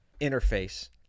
interface